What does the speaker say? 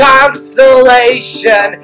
Constellation